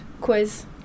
quiz